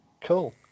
Cool